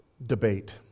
debate